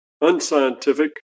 unscientific